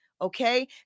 okay